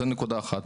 זו נקודה אחת.